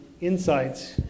insights